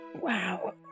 wow